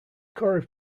corps